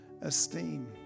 esteem